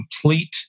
complete